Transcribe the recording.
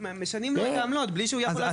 משנים לו את העמלות בלי שהוא יכול לעשות כלום.